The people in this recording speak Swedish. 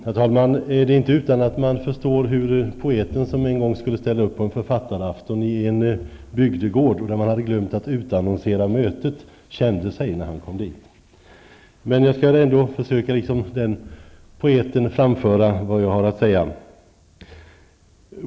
Herr talman! Det är inte utan att man förstår hur poeten som en gång skulle ställa upp på en författarafton i en bygdegård, där man hade glömt att utannonsera mötet, kände sig när han kom dit. Jag skall ändå, liksom den poeten, försöka framföra det jag har att säga.